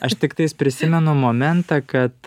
aš tiktais prisimenu momentą kad